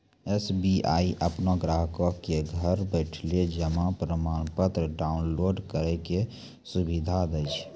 SBI अपनो ग्राहको क घर बैठले जमा प्रमाणपत्र डाउनलोड करै के सुविधा दै छै